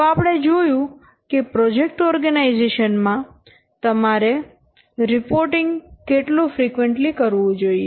તો આપણે જોયું કે પ્રોજેક્ટ ઓર્ગેનાઈઝેશન માં માં તમારે રિપોર્ટિંગ કેટલુ ફ્રીક્વન્ટલી કરવું જોઈએ